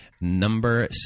Number